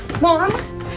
Mom